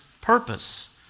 purpose